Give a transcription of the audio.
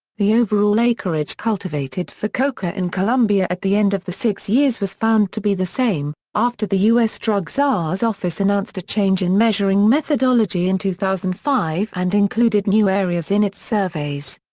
the overall acreage cultivated for coca in colombia at the end of the six years was found to be the same, after the u s. drug czar's office announced a change in measuring methodology in two thousand and five and included new areas in its surveys.